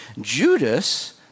Judas